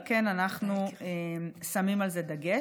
על כן אנחנו שמים על זה דגש.